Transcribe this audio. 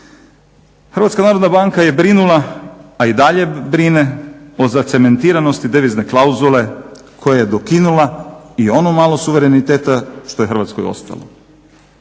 prodane strancima. HNB je brinula, a dalje brine o zacementiranosti devizne klauzule koja je dokinula i ono malo suvereniteta što je Hrvatskoj ostalo.